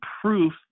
proof